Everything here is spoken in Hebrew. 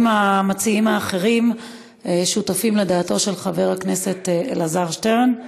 המציעים האחרים שותפים לדעתו של חבר הכנסת אלעזר שטרן.